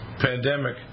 pandemic